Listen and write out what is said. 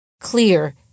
clear